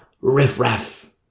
riffraff